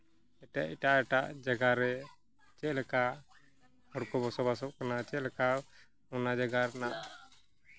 ᱮᱴᱟᱜ ᱮᱴᱟᱜ ᱮᱴᱟᱜ ᱡᱟᱭᱜᱟ ᱨᱮ ᱪᱮᱫ ᱞᱮᱠᱟ ᱦᱚᱲ ᱠᱚ ᱵᱚᱥᱚᱵᱟᱥᱚᱜ ᱠᱟᱱᱟ ᱪᱮᱫ ᱞᱮᱠᱟ ᱚᱱᱟ ᱡᱟᱭᱜᱟ ᱨᱮᱱᱟᱜ